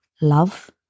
Love